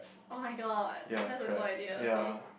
oh-my-god that is a good idea okay